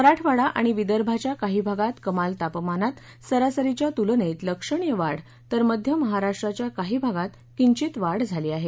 मराठवाडा आणि विदर्भाच्या काही भागात कमाल तापमानात सरसरीच्या तुलनेत लक्षणीय वाढ तर मध्य महाराष्ट्राच्या काही भागात किंचित वाढ झाली आहे